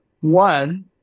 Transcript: One